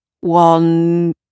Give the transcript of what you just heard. one